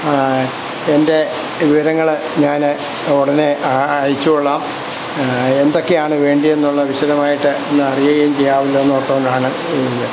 എൻ്റെ വിവരങ്ങൾ ഞാൻ ഉടനെ അയച്ച് കൊള്ളാം എന്തൊക്കെയാണ് വേണ്ടത് എന്നുള്ളത് വിശദമായിട്ട് ഒന്ന് അറിയുകയും ചെയ്യാമല്ലോ എന്ന് ഓർത്തുകൊണ്ടാണ്